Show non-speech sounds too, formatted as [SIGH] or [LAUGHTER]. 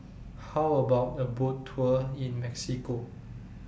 [NOISE] How about A Boat Tour in Mexico